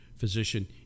physician